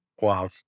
wow